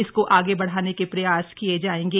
इसको आगे बढ़ाने के प्रयास किये जाएंगे